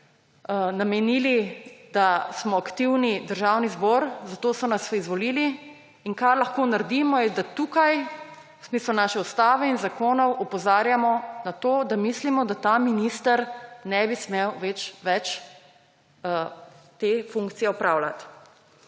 namenili, da smo aktivni, Državni zbor, zato so nas izvolili. In kar lahko naredimo, je, da tukaj v smislu naše ustave in zakonov opozarjamo na to, da mislimo, da ta minister ne bi smel več te funkcije opravljati.